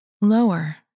lower